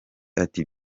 ati